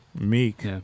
Meek